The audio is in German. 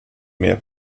mehr